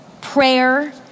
prayer